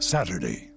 Saturday